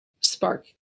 spark